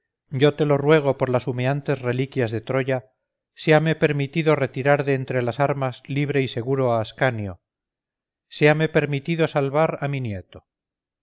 las humeantes reliquias de troya séame permitido retirar de entre las armas libre y seguro a ascanio séame permitido salvar a mi nieto